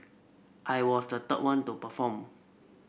I was the third one to perform